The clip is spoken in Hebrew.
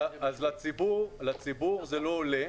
לציבור זה לא עולה.